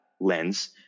lens